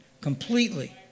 completely